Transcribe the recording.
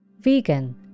Vegan